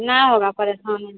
ना होगा परेशानी